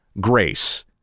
grace